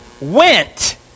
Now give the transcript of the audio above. went